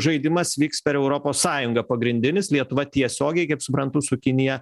žaidimas vyks per europos sąjungą pagrindinis lietuva tiesiogiai kaip suprantu su kinija